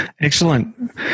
Excellent